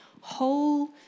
whole